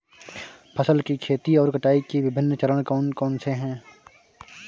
फसल की खेती और कटाई के विभिन्न चरण कौन कौनसे हैं?